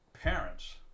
parents